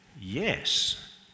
Yes